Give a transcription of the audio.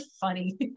funny